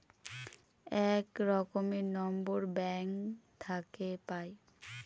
এক রকমের নম্বর ব্যাঙ্ক থাকে পাই